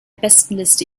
bestenliste